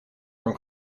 from